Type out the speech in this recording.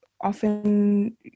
often